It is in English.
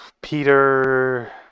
Peter